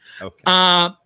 Okay